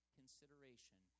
consideration